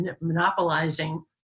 monopolizing